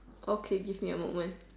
okay give me a moment